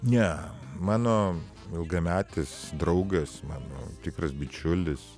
ne mano ilgametis draugas mano tikras bičiulis